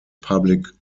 public